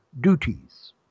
duties